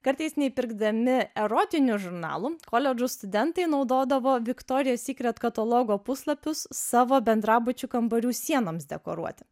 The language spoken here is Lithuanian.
kartais neįpirkdami erotinių žurnalų koledžo studentai naudodavo viktorijos sykret katalogo puslapius savo bendrabučių kambarių sienoms dekoruoti